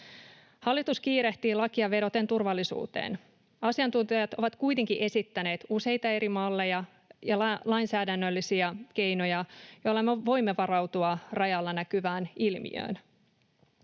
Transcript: Hallitus kiirehtii lakia vedoten turvallisuuteen. Asiantuntijat ovat kuitenkin esittäneet useita eri malleja ja lainsäädännöllisiä keinoja, joilla me voimme varautua rajalla näkyvään ilmiöön.